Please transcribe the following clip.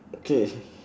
okay